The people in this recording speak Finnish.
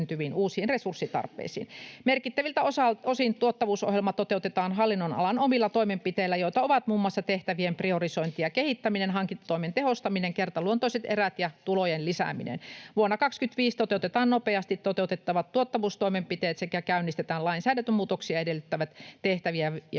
Merkittäviltä osin tuottavuusohjelma toteutetaan hallinnonalan omilla toimenpiteillä, joita ovat muun muassa tehtävien priorisointi ja kehittäminen, hankintatoimen tehostaminen, kertaluontoiset erät ja tulojen lisääminen. Vuonna 25 toteutetaan nopeasti toteutettavat tuottavuustoimenpiteet sekä käynnistetään lainsäädäntömuutoksia edellyttävät tehtävien ja